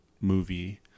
movie